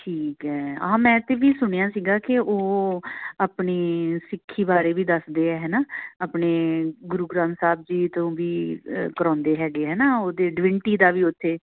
ਠੀਕ ਹੈ ਹਾਂ ਮੈਂ ਤਾਂ ਵੀ ਸੁਣਿਆ ਸੀਗਾ ਕਿ ਉਹ ਆਪਣੇ ਸਿੱਖੀ ਬਾਰੇ ਵੀ ਦੱਸਦੇ ਆ ਹੈ ਨਾ ਆਪਣੇ ਗੁਰੂ ਗ੍ਰੰਥ ਸਾਹਿਬ ਜੀ ਤੋਂ ਵੀ ਕਰਾਉਂਦੇ ਹੈਗੇ ਆ ਹੈ ਨਾ ਉਹਦੇ ਡਿਵੰਟੀ ਦਾ ਵੀ ਉਥੇ